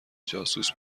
جاسوس